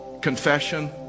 confession